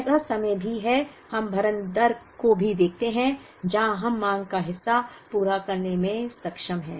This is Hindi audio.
ऐसा समय भी हैं हम भरण दर को भी देखते हैं जहां हम मांग का हिस्सा पूरा करने में सक्षम हैं